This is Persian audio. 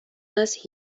است